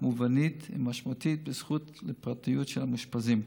מובנית ומשמעותית בזכות לפרטיות של המאושפזים.